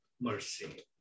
mercy